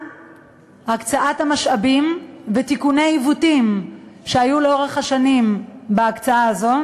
המשאבים ותיקוני עיוותים שהיו לאורך השנים בהקצאה הזו.